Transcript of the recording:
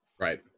right